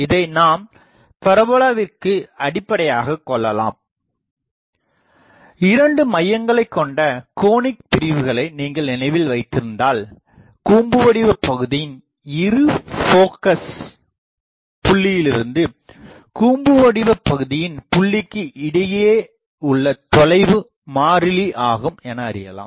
இதை நாம் பரபோலாவிற்கு அடிப்படையாககொள்ளலாம் இரண்டு மையங்களைக் கொண்ட கோனிக் பிரிவுகளை நீங்கள் நினைவில் வைத்திருந்தால் கூம்புவடிவ பகுதியின் இருபோக்கஸ் புள்ளியிலிருந்து கூம்புவடிவ பகுதியின் புள்ளிக்கு இடையே உள்ள தொலைவு மாறிலி ஆகும் என அறியலாம்